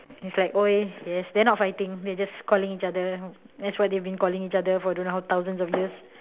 it's like !oi! yes they are not fighting they are just calling each other that's what they have been calling each other for don't know how thousands of years